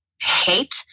hate